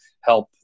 help